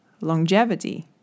longevity